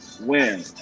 win